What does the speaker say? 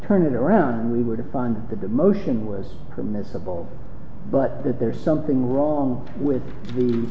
turn it around and we were to find that the motion was permissible but that there's something wrong with the